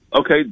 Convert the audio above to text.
Okay